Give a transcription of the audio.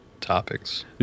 topics